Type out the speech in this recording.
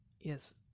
Yes